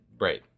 right